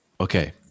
Okay